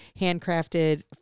handcrafted